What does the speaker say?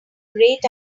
great